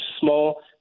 small